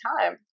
time